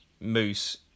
Moose